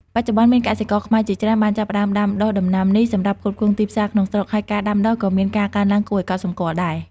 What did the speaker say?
បច្ចុប្បន្ន មានកសិករខ្មែរជាច្រើនបានចាប់ផ្តើមដាំដុះដំណាំនេះសម្រាប់ផ្គត់ផ្គង់ទីផ្សារក្នុងស្រុក ហើយការដាំដុះក៏មានការកើនឡើងគួរឱ្យកត់សម្គាល់ដែរ។